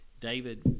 David